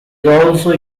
also